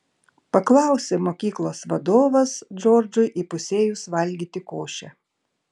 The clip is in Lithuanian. paklausė mokyklos vadovas džordžui įpusėjus valgyti košę